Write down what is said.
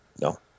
No